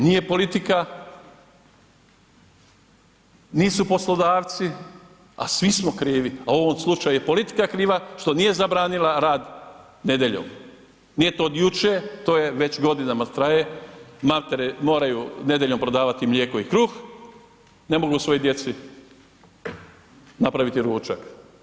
Nije politika, nisu poslodavci, a svi smo krivi, a u ovom slučaju je i politika kriva što nije zabranila rad nedjeljom, nije to od juče, to je već godinama traje, matere moraju nedjeljom prodavati mlijeko i kruh, ne mogu svojoj djeci napraviti ručak.